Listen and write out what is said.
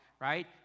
right